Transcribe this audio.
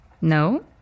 No